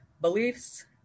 beliefs